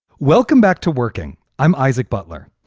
welcome back to working. i'm isaac butler.